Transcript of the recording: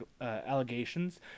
allegations